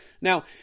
Now